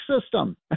system